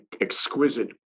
exquisite